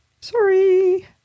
sorry